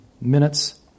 minutes